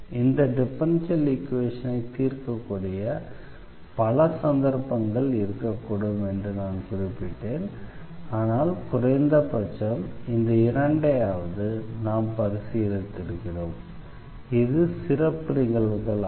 இந்த டிஃபரன்ஷியல் ஈக்வேஷனை தீர்க்கக்கூடிய பல சந்தர்ப்பங்கள் இருக்கக்கூடும் என்று நான் குறிப்பிட்டேன் ஆனால் குறைந்தபட்சம் இந்த இரண்டையாவது நாம் பரிசீலித்திருக்கிறோம் இது சிறப்பு நிகழ்வுகளாகும்